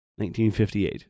1958